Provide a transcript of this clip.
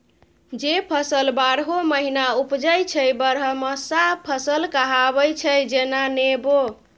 जे फसल बारहो महीना उपजै छै बरहमासा फसल कहाबै छै जेना नेबो